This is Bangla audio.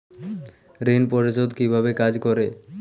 ঋণ পরিশোধ কিভাবে কাজ করে?